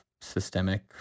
systemic